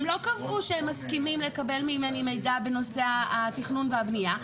הם לא קבעו שהם מסכימים לקבל ממני מידע בנושא התכנון והבנייה,